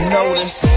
notice